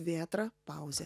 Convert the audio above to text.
vėtra pauzė